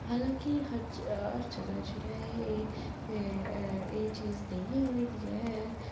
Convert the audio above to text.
हालांकि हर जगह ऐ चीज नेई ओह् आवै दी ऐ